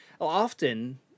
often